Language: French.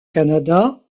canada